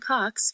Cox